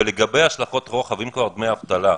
ולגבי השלכות רוחב, אם כבר דמי אבטלה,